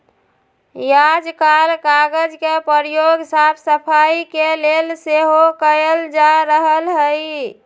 याजकाल कागज के प्रयोग साफ सफाई के लेल सेहो कएल जा रहल हइ